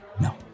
No